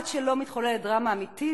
עד שלא מתחוללת דרמה אמיתית,